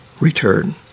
return